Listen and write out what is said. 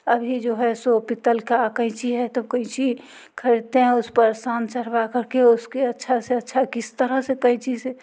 अभी जो है सो पीतल का कैंची है तो कोई चीज़ ख़रीदते हैं उस पर निशान करवा कर के उसको अच्छा से अच्छा किस तरह से कैंची से